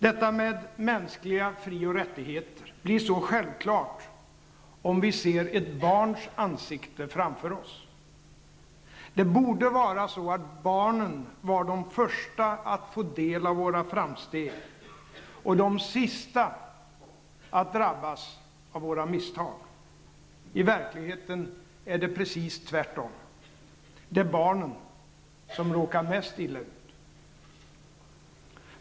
Detta med mänskliga fri och rättigheter blir så självklart, om vi ser ett barns ansikte framför oss. Det borde vara så att barnen var de första att få del av våra framsteg och de sista att drabbas av våra misstag. I verkligheten är det precis tvärtom. Det är barnen som råkar mest illa ut.